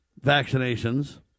vaccinations